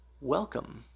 welcome